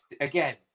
Again